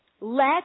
let